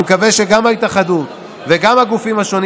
אני מקווה שגם ההתאחדות וגם הגופים השונים